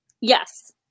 yes